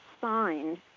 signed